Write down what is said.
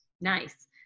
Nice